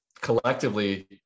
collectively